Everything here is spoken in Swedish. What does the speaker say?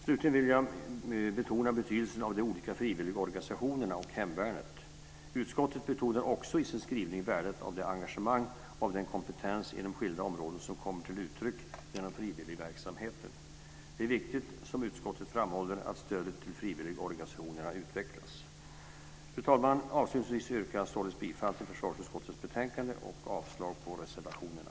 Slutligen vill jag betona betydelsen av de olika frivilligorganisationerna och hemvärnet. Utskottet betonar också i sin skrivning värdet av det engagemang och den kompetens inom skilda områden som kommer till uttryck genom frivilligverksamheten. Det är viktigt, som utskottet framhåller, att stödet till frivilligorganisationerna utvecklas. Fru talman! Avslutningsvis yrkar jag således bifall till förslaget till riksdagsbeslut i försvarsutskottets betänkande och avslag på reservationerna.